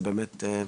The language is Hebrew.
זה באמת מרגש.